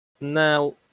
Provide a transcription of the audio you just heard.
Now